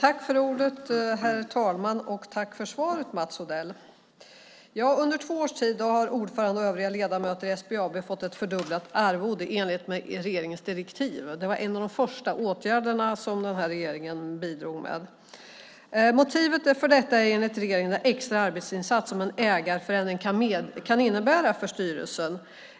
Herr talman! Jag tackar Mats Odell för svaret. På två år har ordföranden och övriga ledamöter i SBAB:s styrelse fått ett fördubblat arvode i enlighet med regeringens direktiv. Det var en av de första åtgärderna som den här regeringen vidtog. Motivet för detta är enligt regeringen den extra arbetsinsats som en ägarförändring kan innebära för styrelsen.